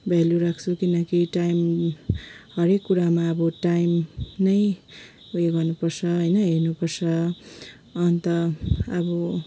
value राख्छु किनकि time हरेक कुरामा अब टाइम नै ऊ यो गर्नुपर्छ होइन हेर्नुपर्छ अन्त अब